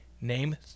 Name